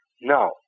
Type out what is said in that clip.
Now